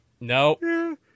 No